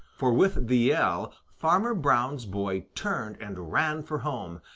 for with the yell farmer brown's boy turned and ran for home,